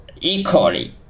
equally